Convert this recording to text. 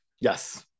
Yes